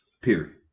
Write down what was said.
period